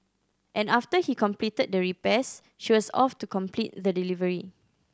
and after he completed the repairs she was off to complete the delivery